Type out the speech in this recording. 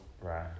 Right